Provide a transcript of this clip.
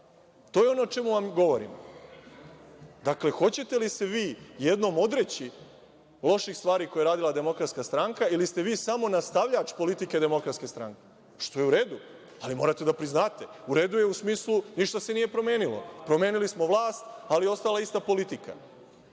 To je ono o čemu vam govorim. Dakle, hoćete li se vi jednom odreći loših stvari koje je radila DS, ili ste vi samo nastavljač politike DS? Što je u redu, ali morate da priznate, u redu je u smislu ništa se nije promenilo, promenili smo vlast, ali ostala je ista politika,